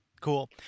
Cool